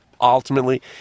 ultimately